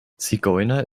zigeuner